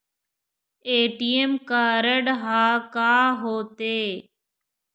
ATM card हा का होते?